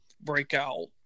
breakout